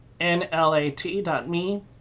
nlat.me